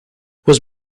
was